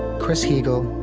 chris heagle,